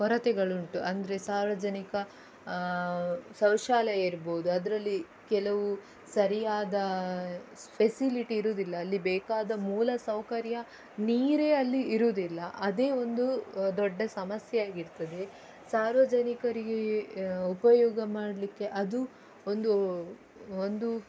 ಕೊರತೆಗಳುಂಟು ಅಂದರೆ ಸಾರ್ವಜನಿಕ ಶೌಚಾಲಯ ಇರ್ಬೋದು ಅದರಲ್ಲಿ ಕೆಲವು ಸರಿಯಾದ ಫೆಸಿಲಿಟಿ ಇರೋದಿಲ್ಲ ಅಲ್ಲಿ ಬೇಕಾದ ಮೂಲ ಸೌಕರ್ಯ ನೀರೇ ಅಲ್ಲಿ ಇರೋದಿಲ್ಲ ಅದೇ ಒಂದು ದೊಡ್ಡ ಸಮಸ್ಯೆಯಾಗಿರ್ತದೆ ಸಾರ್ವಜನಿಕರಿಗೆ ಉಪಯೋಗ ಮಾಡಲಿಕ್ಕೆ ಅದು ಒಂದು ಒಂದು